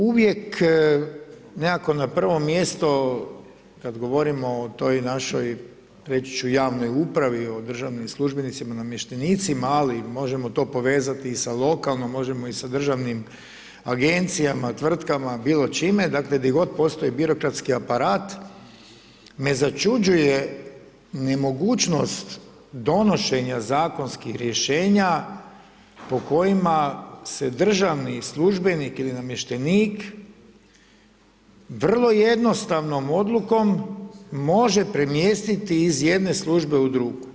Uvijek nekako na prvo mjesto, kada govorimo o toj našoj reći ću, javnoj upravi o državnim službenicima, namještenicima, ali možemo to povezati i sa lokalnom, možemo i sa državnom agencijama, tvrtkama, bilo čime, dakle, gdje god postoji birokratski aparat, me začuđuje mogućnost donošenje zakonskih rješenja, po kojima se državni službenik ili namještenik, vrlo jednostavnom odlukom može premjestiti iz jedne službe u drugu.